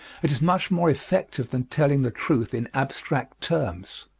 it is much more effective than telling the truth in abstract terms.